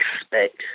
expect